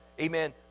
amen